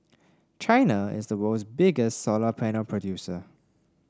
China is the world's biggest solar panel producer